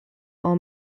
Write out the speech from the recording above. all